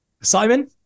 simon